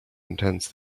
intense